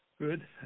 Good